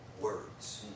words